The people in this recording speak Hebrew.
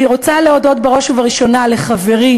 אני רוצה להודות בראש ובראשונה לחברי